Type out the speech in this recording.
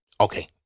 Okay